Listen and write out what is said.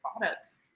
products